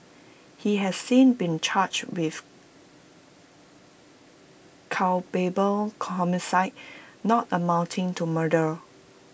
he has since been charged with culpable homicide not amounting to murder